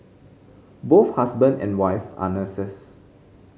both husband and wife are nurses